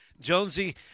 Jonesy